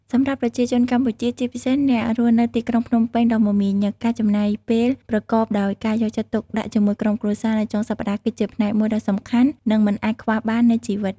សម្រាប់ប្រជាជនកម្ពុជា ជាពិសេសអ្នករស់នៅទីក្រុងភ្នំពេញដ៏មមាញឹក ការចំណាយពេលប្រកបដោយការយកចិត្តទុកដាក់ជាមួយក្រុមគ្រួសារនៅចុងសប្តាហ៍គឺជាផ្នែកមួយដ៏សំខាន់និងមិនអាចខ្វះបាននៃជីវិត។